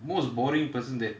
most boring person that